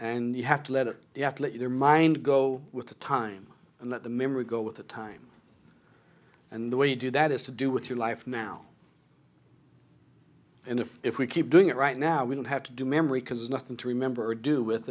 and you have to let it you have to let your mind go with the time and let the memory go with the time and the way you do that is to do with your life now and if if we keep doing it right now we don't have to do memory because nothing to remember or do with